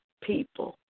people